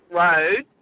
road